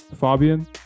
Fabian